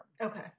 Okay